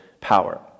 power